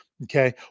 okay